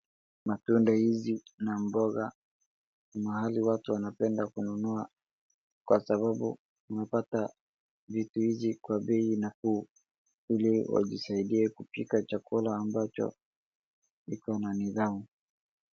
Matunda hizi na mboga, ni mahali watu wanapenda kununua kwa sababu wamepata vitu hizi kwa bei nafuu ili wajisaidie kupika chakula ambacho iko na nidhamu.